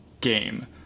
game